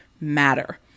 matter